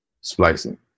splicing